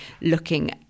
looking